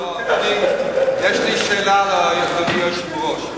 לא, אדוני, יש לי שאלה לאדוני היושב-ראש.